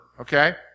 okay